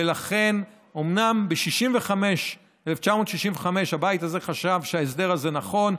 ולכן אומנם ב-1965 הבית הזה חשב שההסדר הזה נכון,